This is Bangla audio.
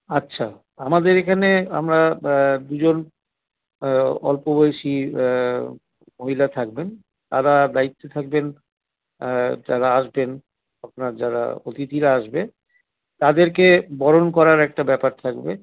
আচ্ছা আমাদের এখানে আমরা দু জন অল্প বয়সি মহিলা থাকবেন তারা দায়িত্বে থাকবেন যারা আসবেন আপনার যারা অতিথিরা আসবে তাদেরকে বরণ করার একটা ব্যাপার থাকবে